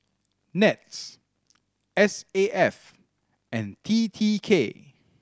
NETS S A F and T T K